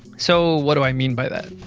so, what do i mean by that?